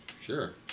Sure